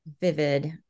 vivid